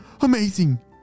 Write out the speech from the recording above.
amazing